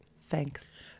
Thanks